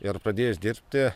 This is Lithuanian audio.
ir pradėjus dirbti